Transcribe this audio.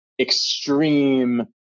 extreme